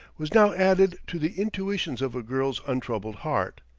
was now added to the intuitions of a girl's untroubled heart.